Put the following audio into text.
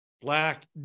black